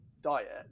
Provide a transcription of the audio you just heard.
diet